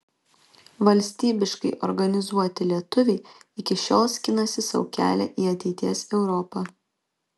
valstybiškai organizuoti lietuviai iki šiol skinasi sau kelią į ateities europą